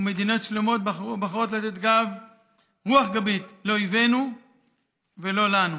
ומדינות שלמות בוחרות לתת רוח גבית לאויבינו ולא לנו,